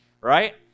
right